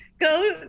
go